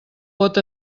pot